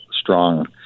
strong